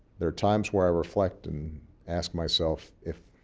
there are times where i reflect and ask myself if,